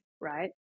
right